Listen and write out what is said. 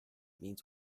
means